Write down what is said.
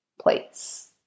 place